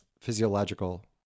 physiological